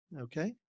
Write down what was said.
Okay